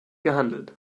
gehandelt